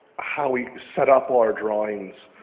how we set up all our drawings.